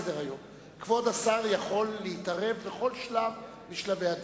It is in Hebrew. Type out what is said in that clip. כבוד השר יכול להתערב בכל שלב משלבי הדיון.